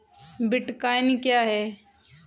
Bitcoin क्या है?